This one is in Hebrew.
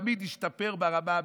המצב תמיד השתפר ברמה הבין-לאומית.